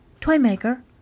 Toymaker